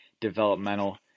developmental